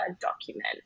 document